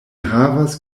havas